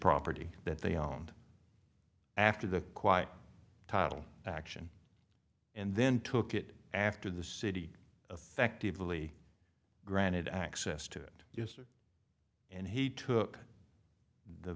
property that they own after the quiet title action and then took it after the city effectively granted access to it yesterday and he took the